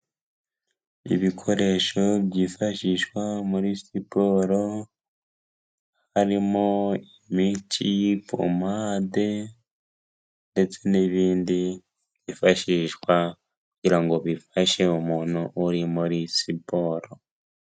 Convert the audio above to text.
Ibikoresho byifashishwa muri siporo, harimo imiti, pomade ndetse n'ibindi byifashishwa kugira ngo bifashe umuntu uri muri siporo.